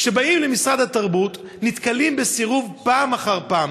כשבאים למשרד התרבות נתקלים בסירוב פעם אחר פעם.